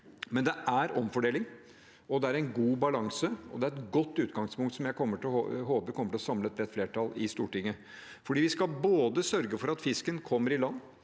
Men det er omfordeling, det er en god balanse, og det er et godt utgangspunkt, som jeg håper kommer til å samle et bredt flertall i Stortinget. Vi skal sørge for både at fisken kommer i land,